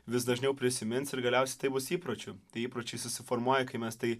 vis dažniau prisimins ir galiausiai tai bus įpročiu tai įpročiai susiformuoja kai mes tai